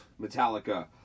Metallica